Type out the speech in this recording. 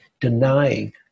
denying